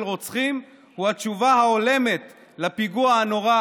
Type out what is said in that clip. רוצחים הוא התשובה הולמת לפיגוע הנורא